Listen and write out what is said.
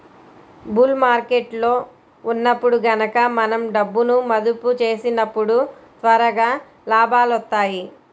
bull మార్కెట్టులో ఉన్నప్పుడు గనక మనం డబ్బును మదుపు చేసినప్పుడు త్వరగా లాభాలొత్తాయి